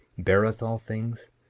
beareth all things,